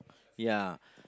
ya